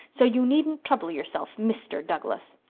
so you needn't trouble yourself, mr. douglas.